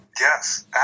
yes